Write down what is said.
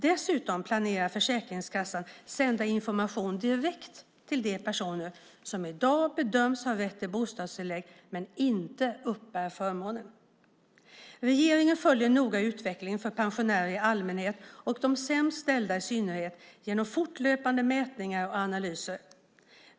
Dessutom planerar Försäkringskassan att sända information direkt till de personer som i dag bedöms ha rätt till bostadstillägg men inte uppbär förmånen. Regeringen följer noga utvecklingen för pensionärer i allmänhet och de sämst ställda i synnerhet genom fortlöpande mätningar och analyser.